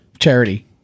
charity